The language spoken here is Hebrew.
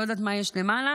אני לא יודעת מה יש למעלה.